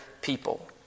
people